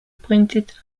pointed